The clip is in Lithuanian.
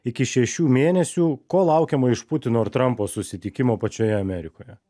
iki šešių mėnesių ko laukiama iš putino ir trampo susitikimo pačioje amerikoje